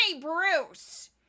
Bruce